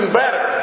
better